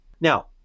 Now